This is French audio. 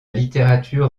littérature